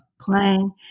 playing